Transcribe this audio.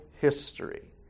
history